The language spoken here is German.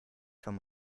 vom